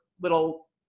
little